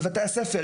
בבתי הספר,